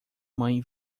mãe